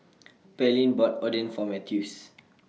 Pearline bought Oden For Mathews